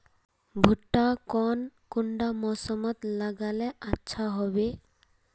भुट्टा कौन कुंडा मोसमोत लगले अच्छा होबे?